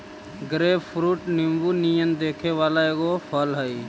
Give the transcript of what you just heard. grapefruit नींबू नियन दिखे वला एगो फल हई